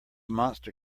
monster